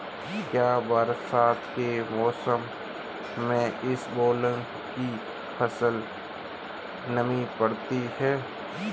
क्या बरसात के मौसम में इसबगोल की फसल नमी पकड़ती है?